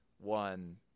one